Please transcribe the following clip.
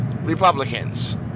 republicans